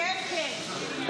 כן, כן.